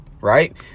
right